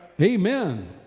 Amen